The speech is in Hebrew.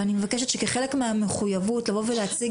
ואני מבקשת שכחלק מהמחויבות לבוא ולהציג